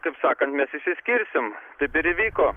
kaip sakant mes išsiskirsim kaip ir įvyko